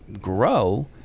grow